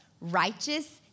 righteous